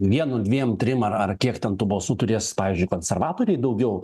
vienu dviem trim ar ar kiek ten tų balsų turės pavyzdžiui konservatoriai daugiau